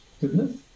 goodness